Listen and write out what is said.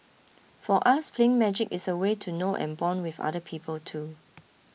for us playing magic is a way to know and bond with other people too